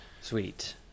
Sweet